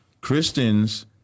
Christians